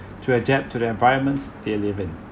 to adapt to the environments they live in